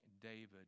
David